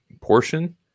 portion